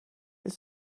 was